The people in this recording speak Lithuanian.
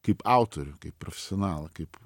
kaip autorių kaip profesionalą kaip